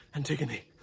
antigone,